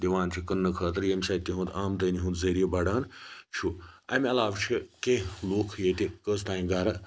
دِوان چھِ کٕننہٕ خٲطرٕ ییٚمہِ سۭتۍ تِہُند آمدٔنی ہُنٛد ذٔریعہٕ بڑان چھُ امہِ علاوٕ چھِ کینٛہہ لُکھ ییٚتہِ کٔژتانۍ گَرٕ